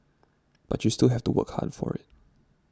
but you still have to work hard for it